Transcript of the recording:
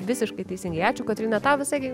visiškai teisingai ačiū kotryna tau visai